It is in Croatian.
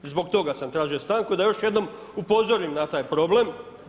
Zbog toga sam tražio stanku da još jednom upozorim na taj problem.